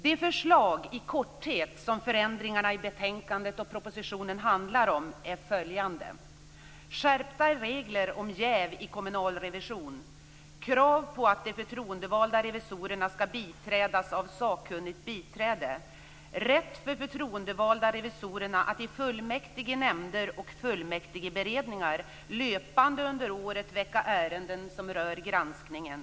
De förslag som propositionen och betänkandet handlar om är i korthet följande: skärpta regler om jäv i kommunal revision, krav på att de förtroendevalda revisorerna skall biträdas av sakkunnigt biträde samt rätt för förtroendevalda revisorer att i fullmäktige, nämnder och fullmäktigeberedningar löpande under året väcka ärenden som rör granskningen.